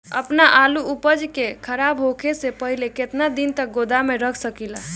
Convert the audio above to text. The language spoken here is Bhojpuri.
आपन आलू उपज के खराब होखे से पहिले केतन दिन तक गोदाम में रख सकिला?